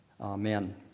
Amen